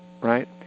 right